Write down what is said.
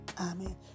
amen